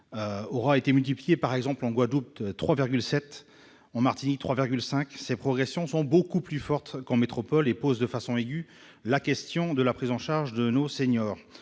aura été multipliée par 3,7 en Guadeloupe ou 3,5 en Martinique. Ces progressions plus fortes qu'en métropole posent de façon aiguë la question de la prise en charge de nos seniors.